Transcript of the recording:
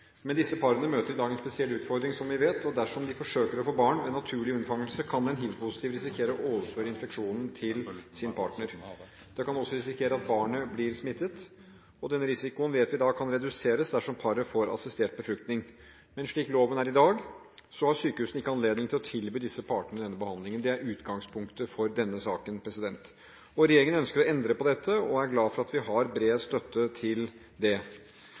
spesiell utfordring, som vi vet. Dersom de forsøker å få barn ved naturlig unnfangelse, kan den hivpositive risikere å overføre infeksjonen til sin partner. De kan også risikere at barnet blir smittet. Denne risikoen vet vi kan reduseres dersom paret får assistert befruktning. Men slik loven er i dag, har sykehusene ikke anledning til å tilby disse parene denne behandlingen. Det er utgangspunktet for denne saken. Regjeringen ønsker å endre på dette – og er glad for at vi har bred støtte til det.